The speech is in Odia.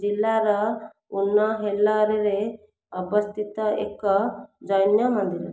ଜିଲ୍ଲାର ଉନ ହେେଲରରେ ଅବସ୍ଥିତ ଏକ ଜୈନ ମନ୍ଦିର